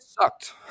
sucked